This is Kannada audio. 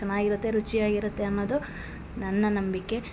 ಚೆನ್ನಾಗಿರುತ್ತೆ ರುಚಿಯಾಗಿರುತ್ತೆ ಅನ್ನದು ನನ್ನ ನಂಬಿಕೆ